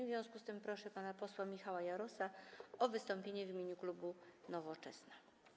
W związku z tym proszę pana posła Michała Jarosa o wystąpienie w imieniu klubu Nowoczesna.